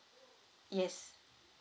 yes